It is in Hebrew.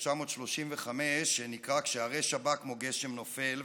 מ-1935 שנקרא "כשהרשע בא כמו גשם נופל",